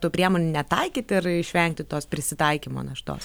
tų priemonių netaikyti ir išvengti tos prisitaikymo naštos